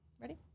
Ready